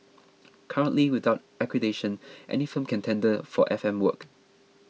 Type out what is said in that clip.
currently without accreditation any firm can tender for FM work